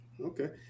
Okay